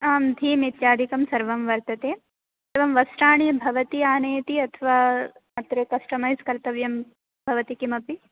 आं थीम् इत्यादिकं सर्वं वर्तते एवं वस्त्राणि भवती आनयति अथवा तत्र कस्टमैज़् कर्तव्यं भवति किमपि